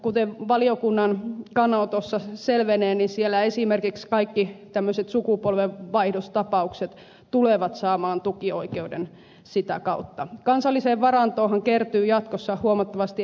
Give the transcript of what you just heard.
kuten valiokunnan kannanotosta selvenee siellä esimerkiksi kaikki sukupolvenvaihdostapaukset tulevat saamaan tukioikeuden sitä kautta kansalliseen varantoonhan kertyy jatkossa huomattavasti